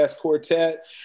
Quartet